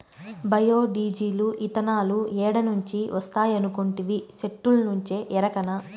bio diesel, ఇతనాలు ఏడ నుంచి వస్తాయనుకొంటివి, సెట్టుల్నుంచే ఎరకనా